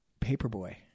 Paperboy